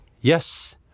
Yes